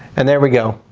and there we go.